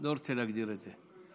לא רוצה להגדיר את זה.